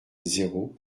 zéro